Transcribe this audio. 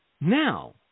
Now